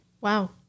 Wow